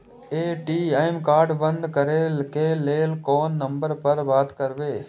ATM card बंद करे के लेल कोन नंबर पर बात करबे?